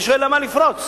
אני שואל: למה לפרוץ?